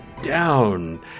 Down